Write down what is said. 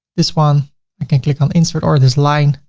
this one i can click on insert or this line,